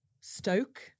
Stoke